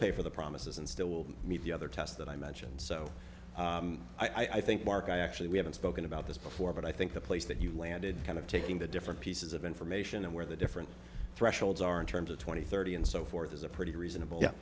pay for the promises and still meet the other tests that i mentioned so i think mark i actually we haven't spoken about this before but i think the place that you landed kind of taking the different pieces of information and where the different thresholds are in terms of twenty thirty and so forth is a pretty reasonable